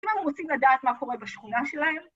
אם אנו רוצים לדעת מה קורה בשכונה שלהם